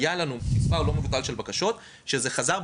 היו לנו מספר לא מוגבל של בקשות שזה חזר,